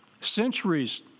centuries